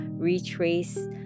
retrace